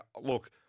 look